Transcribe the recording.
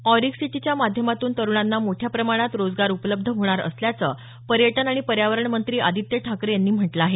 ऑरिक सिटीच्या माध्यमातून तरूणांना मोठ्या प्रमाणात रोजगार उपलब्ध होणार असल्याचं पर्यटन आणि पर्यावरण मंत्री आदित्य ठाकरे यांनी म्हटलं आहे